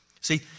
See